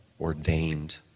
ordained